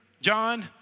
John